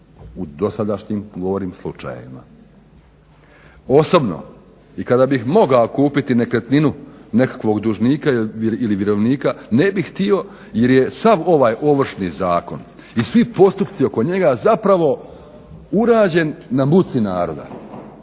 u dosadašnjim govorim slučajevima. Osobno i kada bih mogao kupiti nekretninu nekakvog dužnika ili vjerovnika ne bih htio jer je sav ovaj Ovršni zakon i svi postupci oko njega zapravo urađen na muci naroda,